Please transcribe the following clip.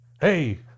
hey